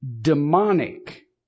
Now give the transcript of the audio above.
Demonic